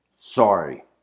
sorry